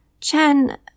Chen